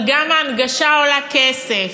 אבל גם ההנגשה עולה כסף,